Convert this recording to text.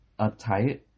uptight